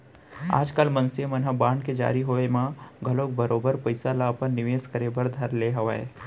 आजकाल मनसे मन ह बांड के जारी होय म घलौक बरोबर पइसा ल अपन निवेस करे बर धर ले हवय